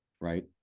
right